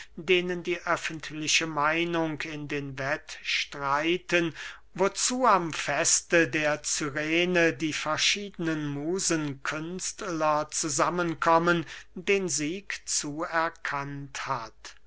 denen die öffentliche meinung in den wettstreiten wozu am feste der cyrene die verschiedenen musenkünstler zusammen kommen den sieg zuerkannt hat